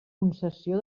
concessió